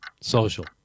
Social